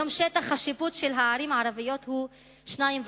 היום שטח השיפוט של הערים הערביות הוא 2.5%,